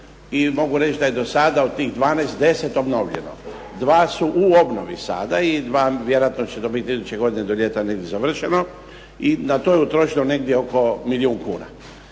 i mogu reći da je do sada od tih 12, 10 obnovljeno. 2 su u obnovi sada i 2 vjerojatno će iduće godine do ljeta biti završeno. I na to je utrošeno negdje oko miliju kuna.